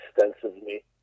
extensively